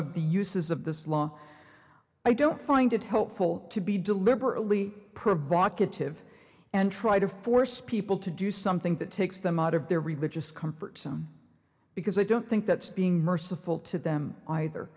the uses of this law i don't find it helpful to be deliberately provocative and try to force people to do something that takes them out of their religious comfort some because i don't think that's being merciful to them